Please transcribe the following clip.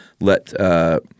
let –